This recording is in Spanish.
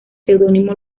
seudónimo